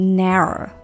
narrow